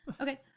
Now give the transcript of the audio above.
Okay